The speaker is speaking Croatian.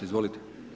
Izvolite.